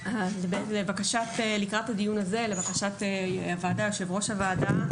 לקראת הדיון הזה, לבקשת יו"ר הוועדה,